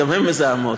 גם הם מזהמים.